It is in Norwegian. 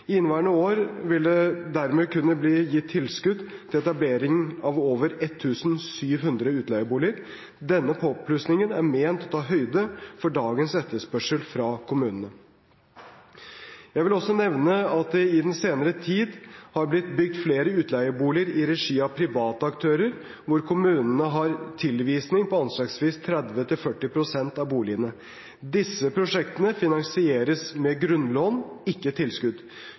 I inneværende år vil det dermed kunne bli gitt tilskudd til etablering av over 1 700 utleieboliger. Denne påplussingen er ment å ta høyde for dagens etterspørsel fra kommunene. Jeg vil også nevne at det i den senere tid har blitt bygd flere utleieboliger i regi av private aktører, hvor kommunene har tilvisning på anslagsvis 30–40 pst. av boligene. Disse prosjektene finansieres med grunnlån, ikke tilskudd.